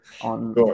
on